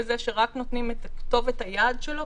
רק נותנים את כתובת היעד שלו,